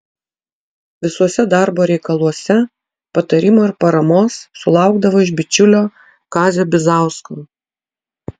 visuose darbo reikaluose patarimo ir paramos sulaukdavo iš bičiulio kazio bizausko